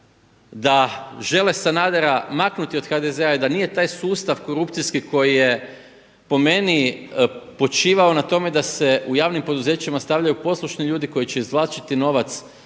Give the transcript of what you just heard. da žele Sanadera maknuti od HDZ-a i da nije taj sustav korupcijski koji je po meni počivao na tome da se u javnim poduzećima stavljaju poslušni ljudi koji će izvlačiti novac